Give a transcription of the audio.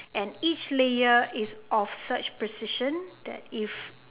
and each layer is of such precision that if